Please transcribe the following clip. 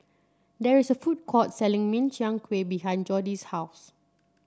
there is a food court selling Min Chiang Kueh behind Jordy's house